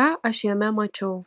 ką aš jame mačiau